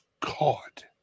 caught